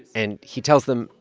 and he tells them,